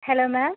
hello ma'am